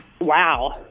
wow